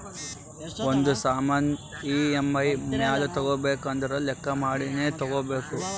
ಒಂದ್ ಸಾಮಾನ್ ಇ.ಎಮ್.ಐ ಮ್ಯಾಲ ತಗೋಬೇಕು ಅಂದುರ್ ಲೆಕ್ಕಾ ಮಾಡಿನೇ ತಗೋಬೇಕು